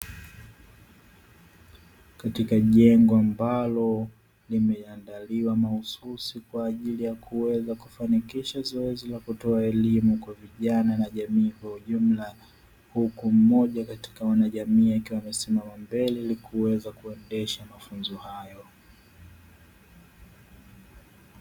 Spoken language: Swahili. Katika jengo ambalo limeiandaliwa mahususi kwa ajili ya kuweza kufanikisha zoezi la kutoa elimu kwa vijana na jamii kwa ujumla huku mmoja katika wanajamii akiwa amesimama mbele ili kuweza kuendesha mafunzo hayo.